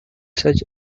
such